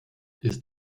ist